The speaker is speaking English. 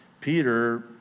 Peter